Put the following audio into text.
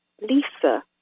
Lisa